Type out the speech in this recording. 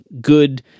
good